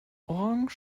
orange